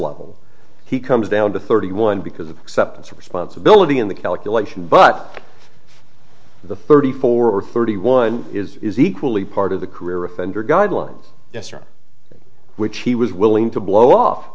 level he comes down to thirty one because of exceptions for responsibility in the calculation but the thirty four thirty one is equally part of the career offender guidelines yesterday which he was willing to blow off